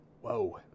Whoa